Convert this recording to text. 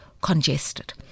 congested